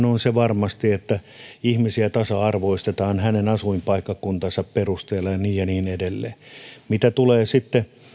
on se varmasti että ihmisiä tasa arvoistetaan heidän asuinpaikkakuntansa perusteella ja niin ja niin edelleen mitä tulee sitten